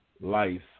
Life